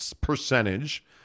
percentage